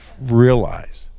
realize